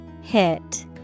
Hit